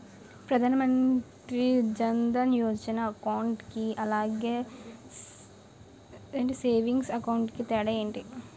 Pradhan Mantri Jan Dhan Yojana account కి అలాగే savings account కి తేడా ఏంటి?